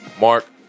mark